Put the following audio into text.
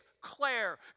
Claire